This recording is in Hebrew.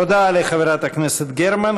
תודה לחברת הכנסת גרמן.